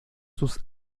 sus